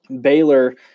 Baylor